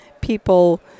people